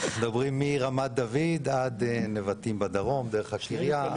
מדברים מרמת דוד על נבטים בדרום, דרך הקריה.